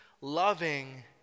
loving